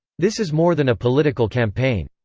this is more than a political campaign.